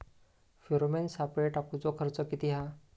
Pheromone सापळे टाकूचो खर्च किती हा?